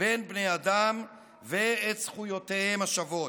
בין בני האדם ואת זכויותיהם השוות.